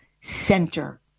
center